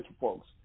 folks